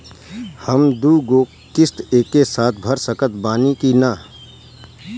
हम दु गो किश्त एके साथ भर सकत बानी की ना?